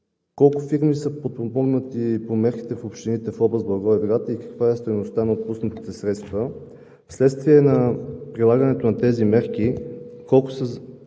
Колко фирми са подпомогнати по мерките в общините в област Благоевград и каква е стойността на отпуснатите средства? Вследствие на прилагането на тези мерки, колко са